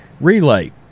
relay